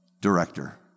Director